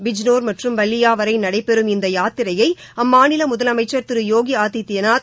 பிஜ்னோர் முதல் பல்லியா வரை நடைபெறம் இந்த யாத்திரையை அம்மாநில முதலமைச்சர் திரு யோகி ஆதித்யநாத்